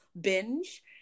binge